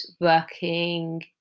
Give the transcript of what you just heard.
working